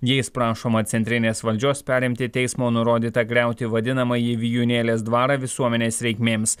jais prašoma centrinės valdžios perimti teismo nurodytą griauti vadinamąjį vijūnėlės dvarą visuomenės reikmėms